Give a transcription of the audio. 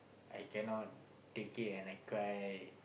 I cannot take it and I cry